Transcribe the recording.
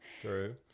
true